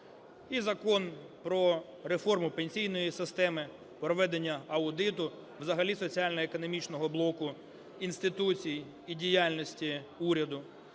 І закон про реформу пенсійної системи, проведення аудиту, взагалі соціально-економічного блоку, інституцій і діяльності уряду,